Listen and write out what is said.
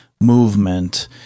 movement